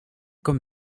comme